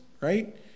right